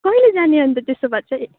कहिले जाने अन्त त्यसो भए चाहिँ